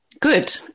Good